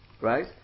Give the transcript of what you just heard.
right